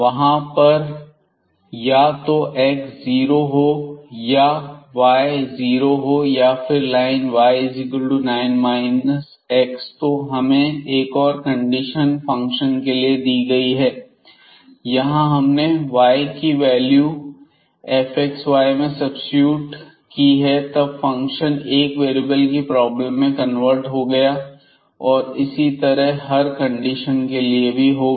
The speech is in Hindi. वहां पर या तो x जीरो हो है या y जीरो है या फिर line y equal to 9 x तो हमें एक और कंडीशन फंक्शन के लिए दी गई है जहां हमने y की वैल्यू fxy में सब्सीट्यूट की है तब फंक्शन एक वेरिएबल की प्रॉब्लम में कन्वर्ट हो गया है जो कि इस तरह की हर कंडीशन के लिए होगा